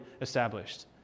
established